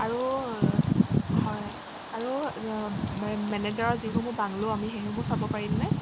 আৰু হয় আৰু মেনেজাৰৰ যিসমূহ বাংলো আমি সেইসমূহ চাব পাৰিমনে